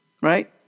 right